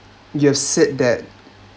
you said that